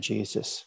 Jesus